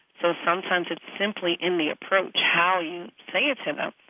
so sometimes it's simply in the approach, how you say it to them,